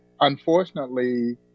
Unfortunately